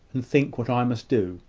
and think what i must do.